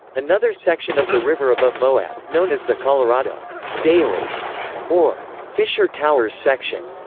another section of the river above moab, known as the colorado daily or fisher towers section,